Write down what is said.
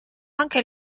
anche